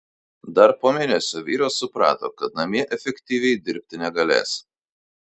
dar po mėnesio vyras suprato kad namie efektyviai dirbti negalės